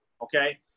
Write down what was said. Okay